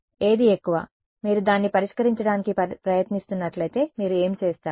ఏది ఎక్కువ మీరు దాన్ని పరిష్కరించడానికి ప్రయత్నిస్తున్నట్లయితే మీరు ఏమి చేస్తారు